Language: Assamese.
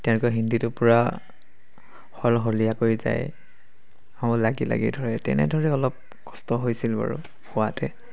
তেওঁলোকৰ হিন্দীটো পূৰা সলসলীয়া কৈ যায় আমাৰ লাগি লাগি ধৰে তেনেদৰে অলপ কষ্ট হৈছিল বাৰু হোৱাতে